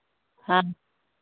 हाँ